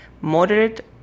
moderate